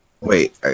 wait